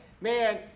Man